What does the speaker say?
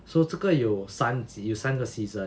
so 这个有三级有三个 season